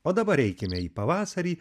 o dabar eikime į pavasarį